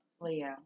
Leo